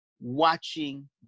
watching